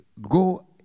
go